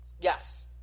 Yes